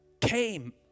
came